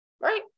right